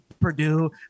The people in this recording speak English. Purdue